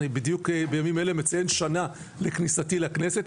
אני בדיוק בימים אלה מציין שנה לכניסתי לכנסת,